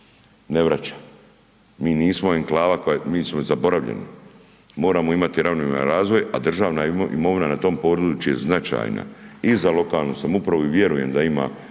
ne vraća, mi nismo enklava koja, mi smo i zaboravljeni, moramo imati ravnomjeran razvoj, a državna imovina na tom području je značajna i za lokalnu samoupravu i vjerujem da ima